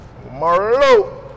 Marlo